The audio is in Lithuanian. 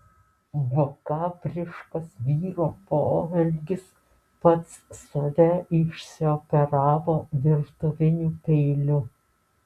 makabriškas vyro poelgis pats save išsioperavo virtuviniu peiliu